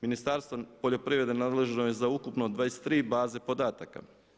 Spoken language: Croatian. Ministarstvo poljoprivrede nadležno je za ukupno 23 baze podataka.